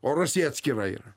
o rusija atskirai yra